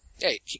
Hey